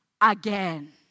again